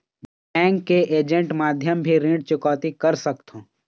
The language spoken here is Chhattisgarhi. बैंक के ऐजेंट माध्यम भी ऋण चुकौती कर सकथों?